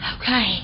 Okay